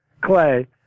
Clay